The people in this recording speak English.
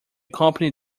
company